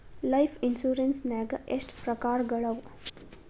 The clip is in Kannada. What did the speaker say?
ಲೈಫ್ ಇನ್ಸುರೆನ್ಸ್ ನ್ಯಾಗ ಎಷ್ಟ್ ಪ್ರಕಾರ್ಗಳವ?